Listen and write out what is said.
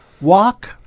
Walk